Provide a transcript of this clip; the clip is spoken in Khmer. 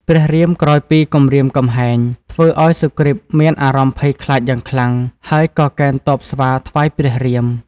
ព្រះរាមក្រោយពីគំរាមកំហែង ធ្វើឲ្យសុគ្រីតមានអារម្មណ៍ភ័យខ្លាចយ៉ាងខ្លាំង ហើយក៏កេណ្ឌទ័ពស្វាថ្វាយព្រះរាម។